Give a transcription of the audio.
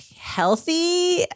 healthy